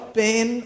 pain